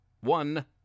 One